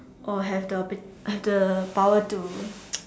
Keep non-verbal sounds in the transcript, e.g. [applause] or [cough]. or have the p~ have the power to [noise]